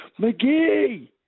McGee